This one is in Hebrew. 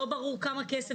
לא ברור כמה כסף,